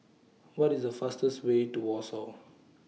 What IS The fastest Way to Warsaw